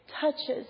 Touches